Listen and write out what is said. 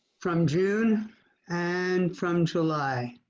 from june and from july,